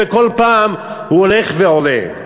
וכל פעם הוא הולך ועולה.